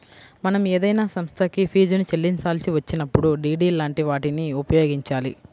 మనం ఏదైనా సంస్థకి ఫీజుని చెల్లించాల్సి వచ్చినప్పుడు డి.డి లాంటి వాటిని ఉపయోగించాలి